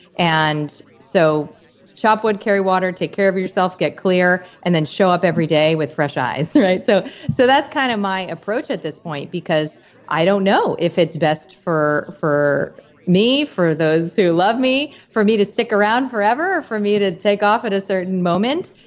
and so chop wood, carry water, take care of yourself, get clear and then show up every day with fresh eyes so so that's kind of my approach at this point because i don't know if it's best for for me, for those who love me, for me to stick around forever or for me to take off at a certain moment.